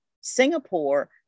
Singapore